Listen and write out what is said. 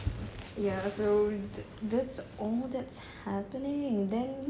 ya so that's all that's happening